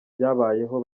byabayeho